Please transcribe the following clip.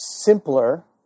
simpler